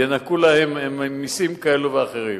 ינכו להם מסים כאלה ואחרים,